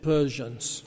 Persians